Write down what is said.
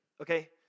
okay